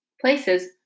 places